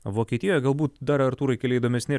vokietijoje galbūt dar artūrai keli įdomesni